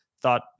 thought